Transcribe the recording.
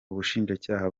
ubushinjacyaha